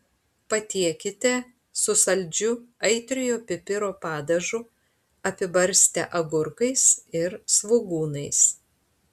patiekite su saldžiu aitriojo pipiro padažu apibarstę agurkais ir svogūnais